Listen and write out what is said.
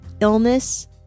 illness